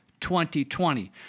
2020